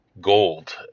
gold